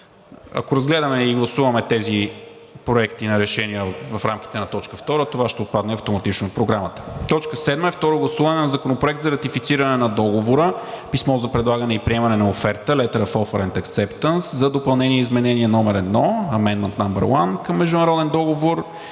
Ако разгледаме и гласуваме тези проекти на решения в рамките на т. 2, това ще отпадне автоматично от Програмата. 7. Второ гласуване на Законопроекта за ратифициране на Договора (Писмо за предлагане и приемане на оферта/Letter of Offer and Acceptance – LOA) за допълнение и изменение № 1 (Amendment № 1) към Международен договор